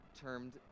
termed